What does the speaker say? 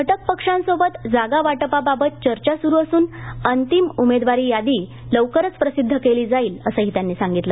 घटक पक्षांसोबत जागावाटपाबाबत चर्चा सुरू असून अंतिम उमेदवारी यादी लवकरच प्रसिद्ध केली जाईल असंही त्यांनी सांगितलं